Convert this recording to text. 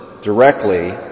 directly